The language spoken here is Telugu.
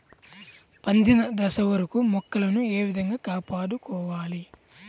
పండిన దశ వరకు మొక్కలను ఏ విధంగా కాపాడుకోవాలి?